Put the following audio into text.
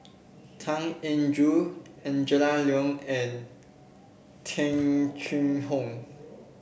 Tan Eng Joo Angela Liong and Tung Chye Hong